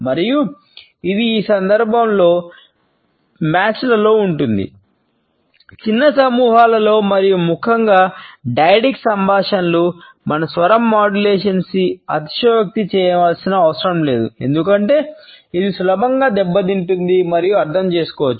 mic అతిశయోక్తి చేయనవసరం లేదు ఎందుకంటే ఇది సులభంగా దెబ్బతింటుంది మరియు అర్థం చేసుకోవచ్చు